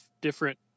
different